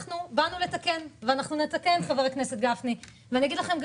אנחנו באנו לתקן, חבר הכנסת גפני, ואנחנו נתקן.